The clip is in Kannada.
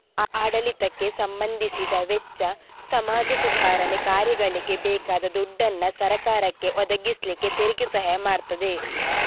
ಆಡಳಿತಕ್ಕೆ ಸಂಬಂಧಿಸಿದ ವೆಚ್ಚ, ಸಮಾಜ ಸುಧಾರಣೆ ಕಾರ್ಯಗಳಿಗೆ ಬೇಕಾದ ದುಡ್ಡನ್ನ ಸರಕಾರಕ್ಕೆ ಒದಗಿಸ್ಲಿಕ್ಕೆ ತೆರಿಗೆ ಸಹಾಯ ಮಾಡ್ತದೆ